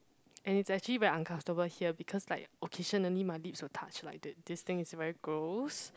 and it's actually very uncomfortable here because like occasionally my lips will touch like the this things is very gross